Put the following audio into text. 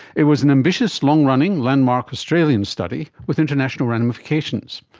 it was an ambitious, long-running landmark australian study with international ramifications.